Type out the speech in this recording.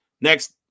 Next